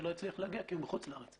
שלא הצליח להגיע כי הוא בחוץ-לארץ.